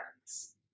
hands